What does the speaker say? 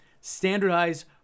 Standardize